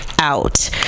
out